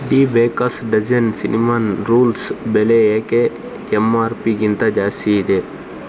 D bakers dozen cinnamon rolls ಬೆಲೆ ಏಕೆ M R ಪಿಗಿಂತ ಜಾಸ್ತಿ ಇದೆ